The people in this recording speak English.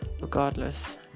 regardless